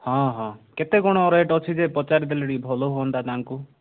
ହଁ ହଁ କେତେ କ'ଣ ରେଟ୍ ଅଛି ଯେ ଟିକିଏ ପଚାରିଦେଲ ଟିକିଏ ଭଲ ହୁଅନ୍ତା ତାଙ୍କୁ